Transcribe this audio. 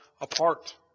apart